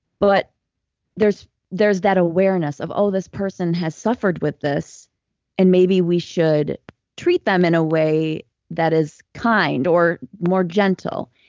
but there's there's that awareness of, oh, this person has suffered with this and maybe we should treat them in a way that is kind or more gentle,